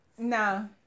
No